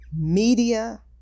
media